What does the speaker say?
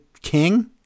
king